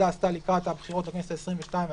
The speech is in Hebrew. עשתה לקראת הבחירות לכנסת העשרים-ושתיים והעשרים-ושלוש.